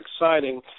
exciting